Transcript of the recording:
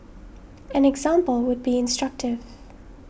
an example would be instructive